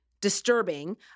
disturbing